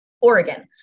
oregon